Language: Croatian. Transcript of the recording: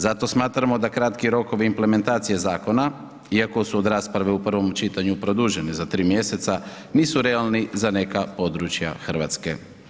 Zato smatramo da kratki rokovi implementacije zakona iako su od rasprave u prvom čitanju produženi za 3 mjeseca nisu realni za neka područja Hrvatske.